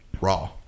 Raw